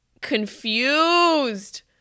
confused